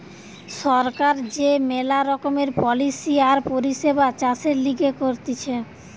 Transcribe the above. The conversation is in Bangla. সরকার যে মেলা রকমের পলিসি আর পরিষেবা চাষের লিগে করতিছে